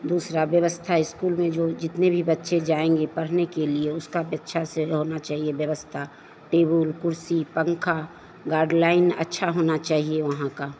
दूसरी व्यवस्था इस्कूल में जो जितने भी बच्चे जाएँगे पढ़ने के लिए उसको अच्छे से होनी चाहिए व्यवस्था टेबल कुर्सी पन्खा गाइडलाइन अच्छी होनी चाहिए वहाँ का